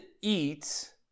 eat